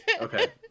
okay